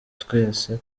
twese